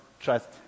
trust